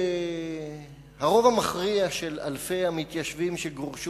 הרוב המכריע של אלפי המתיישבים שגורשו